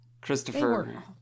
Christopher